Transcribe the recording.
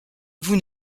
vous